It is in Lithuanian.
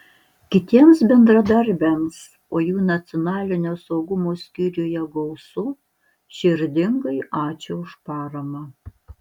kitiems bendradarbiams o jų nacionalinio saugumo skyriuje gausu širdingai ačiū už paramą